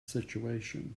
situation